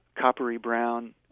coppery-brown